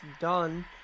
done